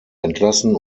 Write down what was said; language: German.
entlassen